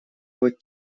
вот